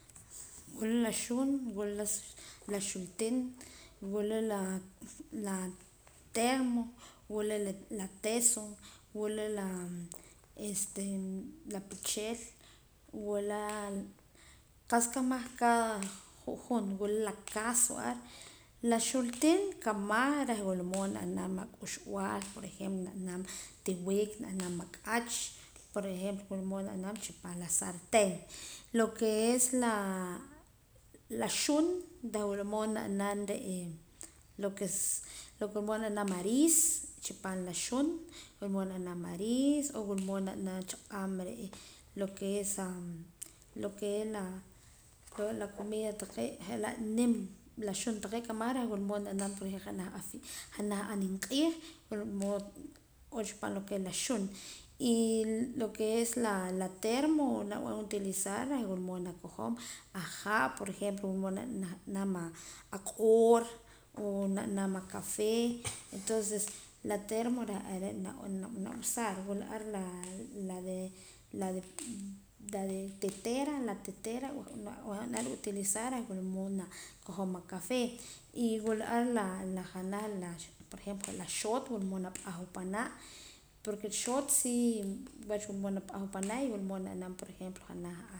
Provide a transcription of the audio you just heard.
Wula la xun wula la xutiin wula la la termo wula la teso wula la este la pichel wula la qa'sa kamaj ju' jun wula la cazo ar la xutiin kamaj reh wula mood na b'an ak'uxb'al por ejemplo na naam tiwik na naam ak'ach por ejemplo wula mood na naam chi paam la sartén lo que es la xun reh wula mood na naam re' lo que es na naam ariis chi paam la xun wula mood na naam a riis o wula mood na chaq'aam lo que es la lo que es la comida taqee' je' la nim la xun taqee kamaj reh wula mood na b'an janaj a janaj a nimq'iij wula mood n'oo chi paam la xun y lo que es la termo na b'an utilizar reh nwula mood na qojoom aha' je' por ejemplo nah b'anam a q'oor o na naam a kapee entonces la termo re' reh are' na b'anam usar wula ar la de la de tetera nab'an ar utilizar reh wula mood na qojoom a kapee y wula ar la janaj la por ejemplo je' la xoot wula mood na p'ajwa panaa' porque xoot sí wach wula mood na p'ajwa panaa' y na naam por ejemplo janaj a